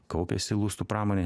kaupiasi lustų pramonė